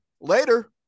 Later